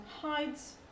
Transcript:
hides